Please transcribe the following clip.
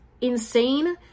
insane